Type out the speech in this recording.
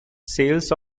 sales